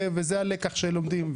וזה הלקח שלומדים.